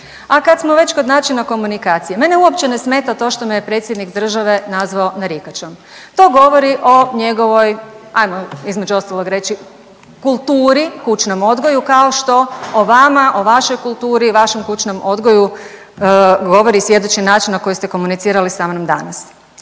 A kad smo već kod načina komunikacije mene uopće ne smeta što me je predsjednik države nazvao narikačom, to govori o njegovoj ajmo između ostalog reći kulturi, kućnom odgoju, kao što o vama, o vašoj kulturi i vašem kućnom odgoju govori i svjedoči način na koji ste komunicirali sa mnom danas.